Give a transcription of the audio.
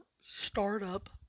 startup